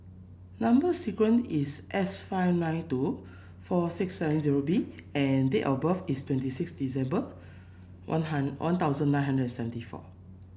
number sequence is S five nine two four six seven zero B and date of birth is twenty six December One Hundred One Thousand nine hundred and seventy four